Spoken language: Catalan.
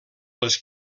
les